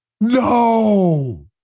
No